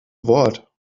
wort